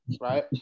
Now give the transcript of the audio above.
right